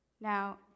Now